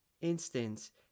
instance